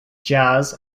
jazz